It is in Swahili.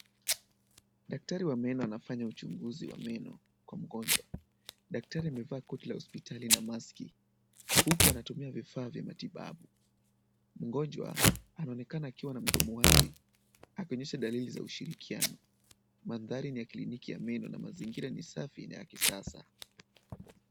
Daktari wa meno anafanya uchunguzi wa meno kwa mgonjwa. Daktari amevaa koti la hospitali na maski, huku anatumia vifaa vya matibabu. Mgonjwa anaonekana akiwa na mdomo wazi akionyesha dalili za ushirikiano. Mandhari ni ya kliniki ya meno na mazingira ni safi na ya kisasa.